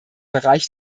bereich